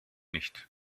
nicht